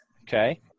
Okay